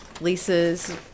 Lisa's